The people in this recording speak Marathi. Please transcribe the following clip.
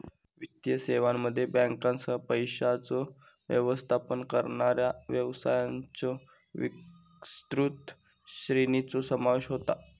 वित्तीय सेवांमध्ये बँकांसह, पैशांचो व्यवस्थापन करणाऱ्या व्यवसायांच्यो विस्तृत श्रेणीचो समावेश होता